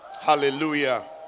Hallelujah